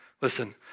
Listen